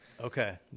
Okay